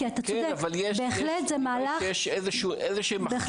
אתה צודק, בהחלט זה מהלך --- יש איזה מחסומים.